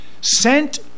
sent